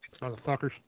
Motherfuckers